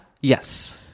Yes